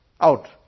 out